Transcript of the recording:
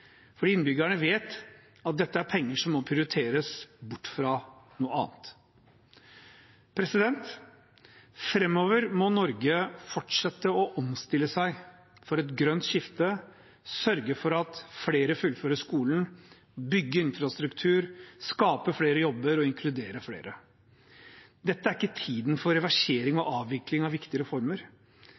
innbyggerne vet at dette er penger som må prioriteres bort fra noe annet. Framover må Norge fortsette å omstille seg for et grønt skifte, sørge for at flere fullfører skolen, bygge infrastruktur, skape flere jobber og inkludere flere. Dette er ikke tiden for reversering og avvikling av viktige reformer.